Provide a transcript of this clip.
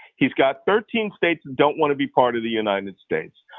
he's got thirteen states don't want to be part of the united states,